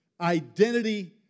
identity